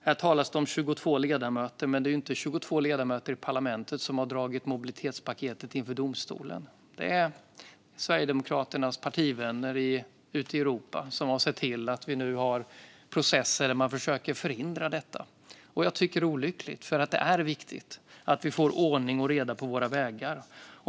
Här talas det om 22 ledamöter, men det är ju inte 22 ledamöter i parlamentet som har dragit mobilitetspaketet inför domstolen. Det är Sverigedemokraternas partivänner ute i Europa som har sett till att vi nu har processer där man försöker att förhindra detta. Jag tycker att det är olyckligt, för det är viktigt att vi får ordning och reda på våra vägar.